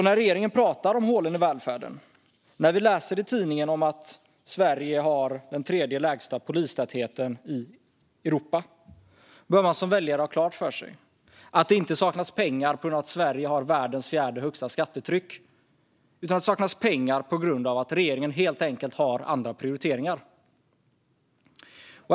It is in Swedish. När regeringen pratar om hålen i välfärden och man läser i tidningen att Sverige har den tredje lägsta polistätheten i Europa, då bör man som väljare ha klart för sig att det inte saknas pengar på grund av att Sverige har världens fjärde högsta skattetryck utan att det saknas pengar på grund av att regeringen helt enkelt har andra prioriteringar.